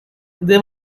they